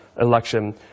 election